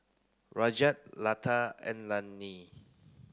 Rajat Lata and Anil